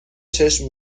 چشم